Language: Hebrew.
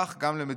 כך גם למדינות.